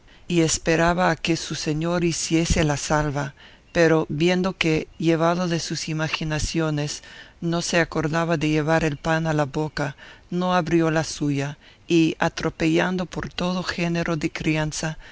y esperaba a que su señor hiciese la salva pero viendo que llevado de sus imaginaciones no se acordaba de llevar el pan a la boca no abrió la suya y atropellando por todo género de crianza